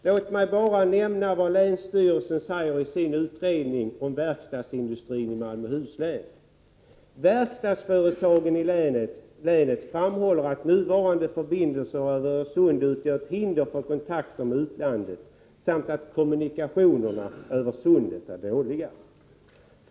Låt mig nämna vad länsstyrelsen säger i sin utredning om verkstadsindustrin i Malmöhus län: ”Verkstadsföretagen i länet framhåller att nuvarande förbindelser över Öresund utgör ett hinder för kontakter med utlandet samt att kommunikationerna över sundet är dåliga.